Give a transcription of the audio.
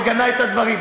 מגנה את הדברים.